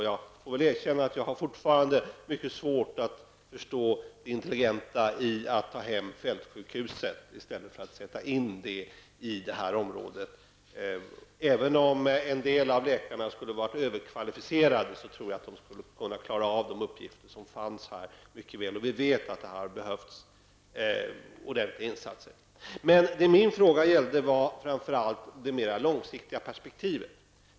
Jag får väl erkänna att jag fortfarande har mycket svårt att förstå det intelligenta i att ta hem fältsjukhusen i stället för att sätta in dem i det här området. Även om en del av läkarna skulle vara överkvalificerade, tror jag att de mycket väl skulle kunna klara av de uppgifter som finns. Vi vet att det hade behövts ordentliga insatser. Min fråga gällde mera det långsiktiga perspektivet.